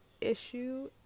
issue